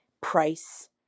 price